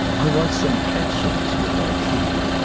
i want some katzchens with my tea.